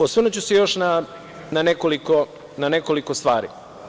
Osvrnuću se još na nekoliko stvari.